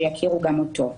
שיכירו גם אותו.